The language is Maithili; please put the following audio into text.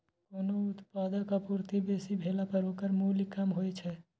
कोनो उत्पादक आपूर्ति बेसी भेला पर ओकर मूल्य कम होइ छै